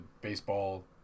baseball